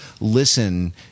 listen